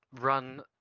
run